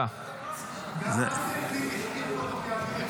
אולי זה סימן מיוחד.